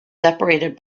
separated